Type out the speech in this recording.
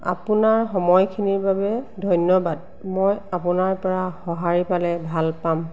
আপোনাৰ সময়খিনিৰ বাবে ধন্যবাদ মই আপোনাৰ পৰা সঁহাৰি পালে ভাল পাম